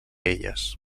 elles